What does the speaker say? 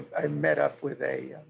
and met up with a